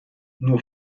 nur